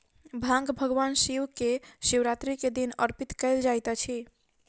भांग भगवान शिव के शिवरात्रि के दिन अर्पित कयल जाइत अछि